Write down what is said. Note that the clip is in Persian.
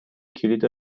کلید